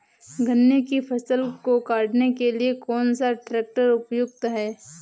गन्ने की फसल को काटने के लिए कौन सा ट्रैक्टर उपयुक्त है?